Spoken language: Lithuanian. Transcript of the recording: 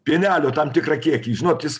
pienelio tam tikrą kiekį žinot jis